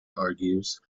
argues